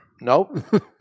Nope